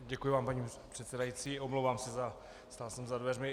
Děkuji vám, paní předsedající, omlouvám se, stál jsem za dveřmi.